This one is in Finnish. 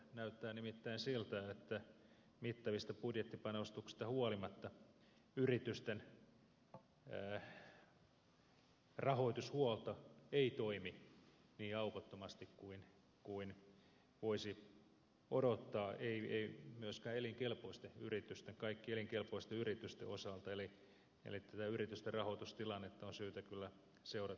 näyttää nimittäin siltä että mittavista budjettipanostuksista huolimatta yritysten rahoitushuolto ei toimi niin aukottomasti kuin voisi odottaa ei myöskään kaikkien elinkelpoisten yritysten osalta eli tätä yritysten rahoitustilannetta on syytä kyllä seurata tarkoin